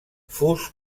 fus